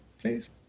please